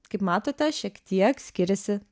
kaip matote šiek tiek skiriasi